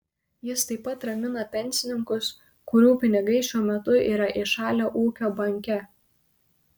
jis taip pat ramina pensininkus kurių pinigai šiuo metu yra įšalę ūkio banke